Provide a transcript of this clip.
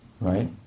right